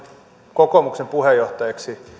kokoomuksen puheenjohtajaksi että